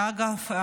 אגב,